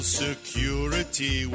security